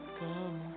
come